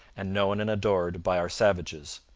and known and adored by our savages.